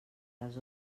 les